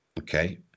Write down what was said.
okay